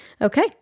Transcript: Okay